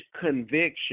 conviction